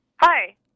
Hi